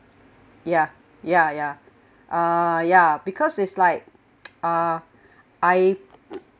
ya ya ya uh ya because it's like uh I